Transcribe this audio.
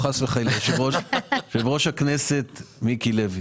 יושב-ראש הכנסת מיקי לוי,